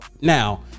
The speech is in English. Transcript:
Now